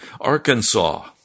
Arkansas